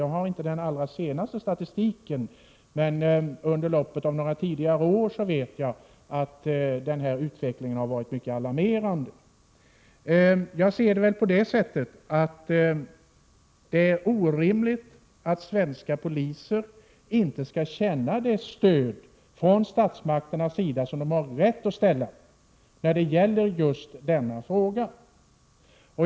Jag har inte den allra senaste statistiken. Jag vet dock att utvecklingen under loppet av några år tidigare har varit alarmerande. Det är orimligt att svenska poliser inte skall känna det stöd från statsmakternas sida som de har rätt till i just denna fråga.